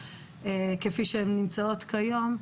כפי שהן נמצאות כיום,